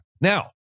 Now